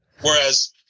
Whereas